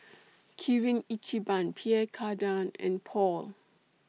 Kirin Ichiban Pierre Cardin and Paul